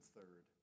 third